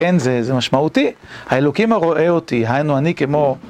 כן, זה משמעותי, האלוקים הרואה אותי, היינו אני כמו...